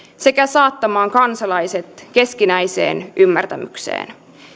sekä saattamaan kansalaiset keskinäiseen ymmärtämykseen